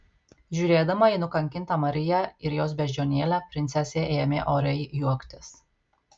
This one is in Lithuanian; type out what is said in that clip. žiūrėdama į nukankintą mariją ir jos beždžionėlę princesė ėmė oriai juoktis